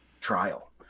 trial